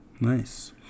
nice